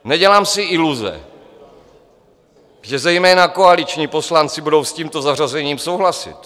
Nedělám si iluze, že zejména koaliční poslanci budou s tímto zařazením souhlasit.